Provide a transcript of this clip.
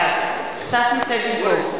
בעד סטס מיסז'ניקוב,